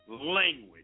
language